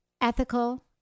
ethical